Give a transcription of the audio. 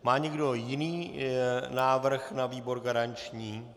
Má někdo jiný návrh na výbor garanční?